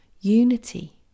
unity